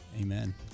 Amen